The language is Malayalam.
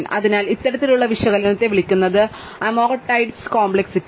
അതിനാൽ ഇത്തരത്തിലുള്ള വിശകലനത്തെ വിളിക്കുന്നു അമോർടൈസ്ഡ് കോംപ്ളെക്സിറ്റി